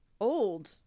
old